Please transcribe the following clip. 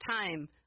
time